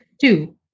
Two